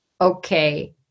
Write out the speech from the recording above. okay